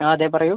ആ അതെ പറയൂ